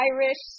Irish